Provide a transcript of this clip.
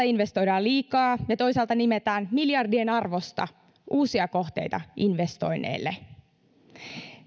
investoidaan liikaa ja toisaalta nimetään miljardien arvosta uusia kohteita investoinneille